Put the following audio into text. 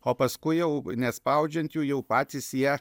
o paskui jau nespaudžiant jų jau patys jie